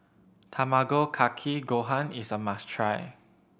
Tamago Kake Gohan is a must try